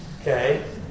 Okay